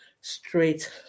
straight